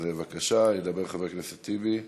אז בבקשה, ידבר חבר הכנסת טיבי,